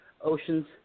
oceans